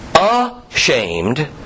Ashamed